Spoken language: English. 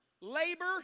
labor